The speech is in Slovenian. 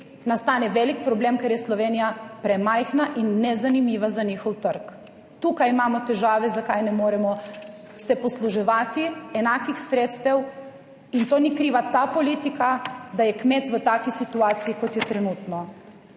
nastane velik problem, ker je Slovenija premajhna in nezanimiva za njihov trg. Tukaj imamo težave zakaj ne moremo se posluževati enakih sredstev in to ni kriva ta politika, da je kmet v taki situaciji **53.